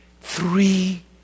Three